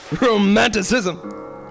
Romanticism